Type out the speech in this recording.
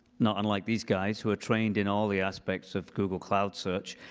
not unlike these guys, who are trained in all the aspects of google cloud search.